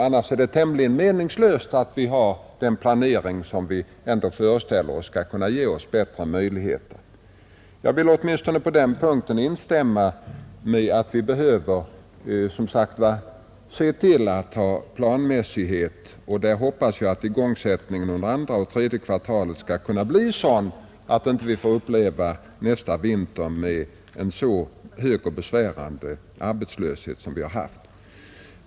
Annars är det tämligen meningslöst att ha den planering som vi ändå föreställer oss skall kunna ge oss bättre möjligheter. Jag vill åtminstone på den punkten instämma i att vi som sagt behöver se till att vi har planmässighet, och jag hoppas att igångsättningen under andra och tredje kvartalen skall kunna bli sådan att vi inte får uppleva nästa vinter med en så hög och besvärande arbetslöshet som vi haft.